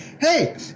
hey